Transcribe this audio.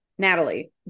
Natalie